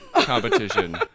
competition